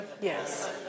Yes